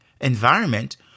environment